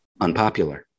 unpopular